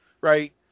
right